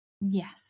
Yes